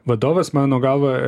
vadovas mano galva